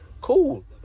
cool